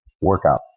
workout